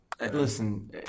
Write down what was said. listen